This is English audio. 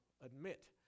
admit